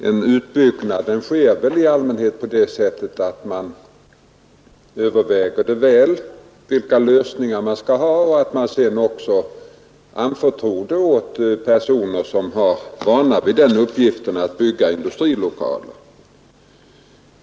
En utbyggnad görs i allmänhet sä att man övervager noga vilka lösningar man skall ha och sedan anförtror man utbyggnaden åt personer som är vana vid att bygga industrilokaler.